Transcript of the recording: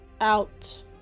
out